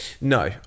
No